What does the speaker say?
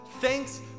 thanks